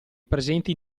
presenti